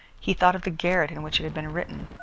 he thought of the garret in which it had been written,